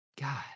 God